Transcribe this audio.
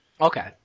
Okay